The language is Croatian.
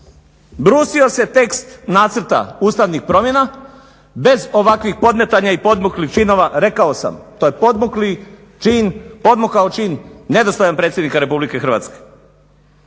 Brusio se tekst Nacrta ustavnih promjena bez ovakvih podmetanja i podmuklih činova. Rekao sam, to je podmukli čin, podmukao čin nedostojan Predsjednika Republike Hrvatske.